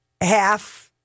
half